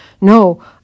No